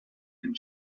and